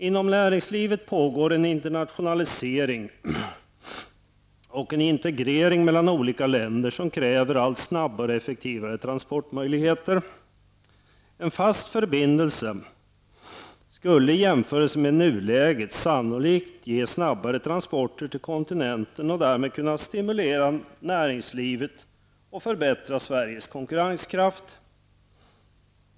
Inom näringslivet pågår en internationalisering och en integrering mellan olika länder som kräver allt snabbare och effektivare transportmöjligheter. En fast förbindelse skulle i jämförelse med nuläget sannolikt ge snabbare transporter till kontinenten och därmed kunna stimulera näringslivet och förbättra Sveriges konkurrenskraft.